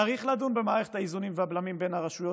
צריך לדון במערכת האיזונים והבלמים בין הרשויות,